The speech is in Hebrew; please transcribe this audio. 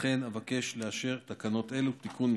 לכן, אבקש לאשר תקנות אלו, תיקון מס'